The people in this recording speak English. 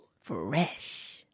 Fresh